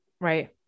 Right